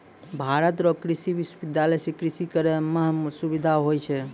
भारत रो कृषि विश्वबिद्यालय से कृषि करै मह सुबिधा होलो छै